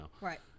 Right